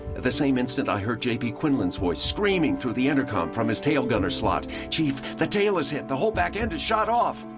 at the same instant, i heard j p. quinlan's voice screaming through the intercom from his tail gunner slot, chief, the tail is hit, the whole back end is shot off!